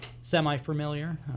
semi-familiar